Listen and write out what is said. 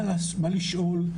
מה לשאול,